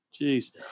jeez